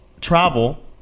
travel